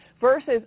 versus